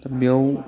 दा बेयाव